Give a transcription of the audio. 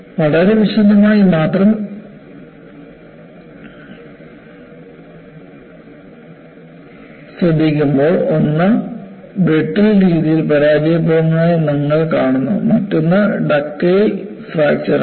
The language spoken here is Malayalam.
വളരെ വിശദമായി മാത്രം ശ്രദ്ധിക്കുമ്പോൾ ഒന്ന് ബ്രിട്ടിൽ രീതിയിൽ പരാജയപ്പെടുന്നതായി നിങ്ങൾ കാണുന്നു മറ്റൊന്ന് ഡക്റ്റൈൽ ഫ്രാക്ചർ ആണ്